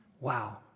Wow